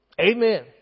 Amen